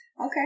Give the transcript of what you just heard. Okay